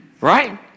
Right